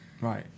right